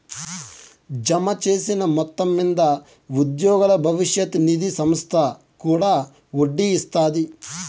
జమచేసిన మొత్తం మింద ఉద్యోగుల బవిష్యత్ నిది సంస్త కూడా ఒడ్డీ ఇస్తాది